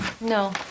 no